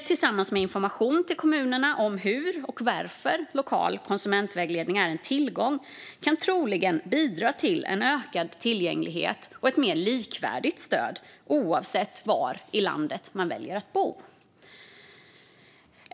Tillsammans med information till kommunerna om hur och varför lokal konsumentvägledning är en tillgång kan det troligen bidra till ökad tillgänglighet och ett mer likvärdigt stöd oavsett var i landet man väljer att bo.